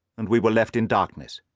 and we were left in darkness.